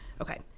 Okay